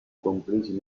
compresi